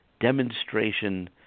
demonstration